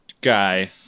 guy